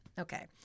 Okay